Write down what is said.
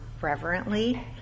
reverently